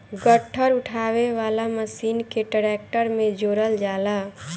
गट्ठर उठावे वाला मशीन के ट्रैक्टर में जोड़ल जाला